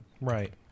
Right